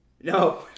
no